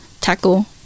tackle